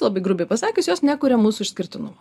labai grubiai pasakius jos nekuria mūsų išskirtinumo